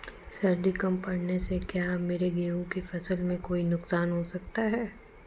सर्दी कम पड़ने से क्या मेरे गेहूँ की फसल में कोई नुकसान हो सकता है?